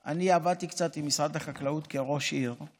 עבדתי קצת עם משרד החקלאות כראש עיר,